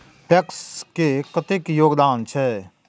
PACS के कतेक योगदान छै?